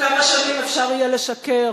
כמה שנים אפשר יהיה לשקר